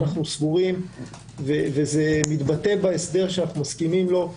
אנחנו סבורים וזה מתבטא בהסדר שאנחנו מסכימים לו,